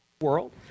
world